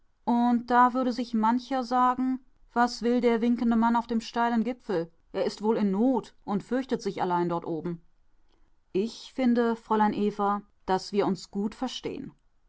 und da würde sich mancher sagen was will der winkende mann auf dem steilen gipfel er ist wohl in not und fürchtet sich allein dort oben ich finde fräulein eva daß wir uns gut verstehn